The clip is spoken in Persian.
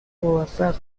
موفق